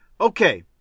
Okay